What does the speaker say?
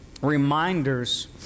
Reminders